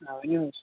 آ ؤنِو حظ